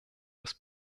des